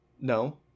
No